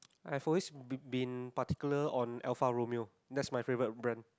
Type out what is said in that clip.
I've always been been particular on Alfa-Romeo that's my favourite brand